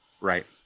Right